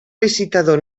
licitador